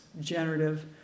generative